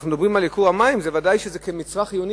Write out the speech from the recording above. אנחנו מדברים על ייקור המים, זה ודאי מצרך חיוני.